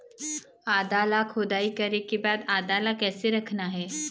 आदा ला खोदाई करे के बाद आदा ला कैसे रखना हे?